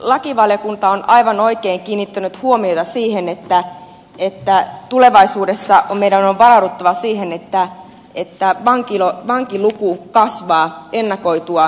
lakivaliokunta on aivan oikein kiinnittänyt huomiota siihen että tulevaisuudessa meidän on varauduttava siihen että vankiluku kasvaa ennakoitua enemmän